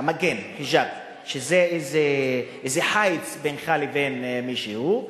מגן, חג'אב, זה חיץ בינך לבין מישהו.